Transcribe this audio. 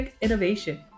Innovation